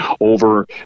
over